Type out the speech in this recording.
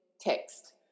text